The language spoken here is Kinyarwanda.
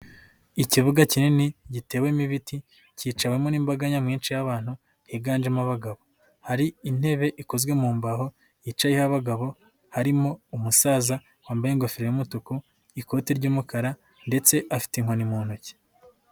Ikibuga kinini gitewemo ibiti kicawemo n'imbaga nyamwinshi y'abantu higanjemo abagabo, hari intebe ikozwe mu mbaho yicayeho abagabo harimo umusaza wambaye ingofero y'umutuku, ikote ry'umukara ndetse afite inkoni mu ntoki.